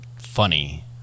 Funny